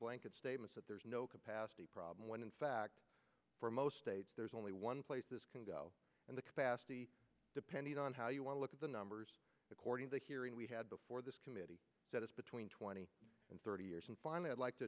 blanket statements that there's no capacity problem when in fact for most states there's only one place this can go in the capacity depending on how you want to look at the numbers according to here and we had before this committee said it's between twenty and thirty years and finally i'd like to